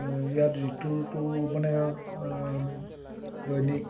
ইয়াত ঋতুৰটো মানে দৈনিক